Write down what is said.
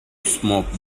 smoke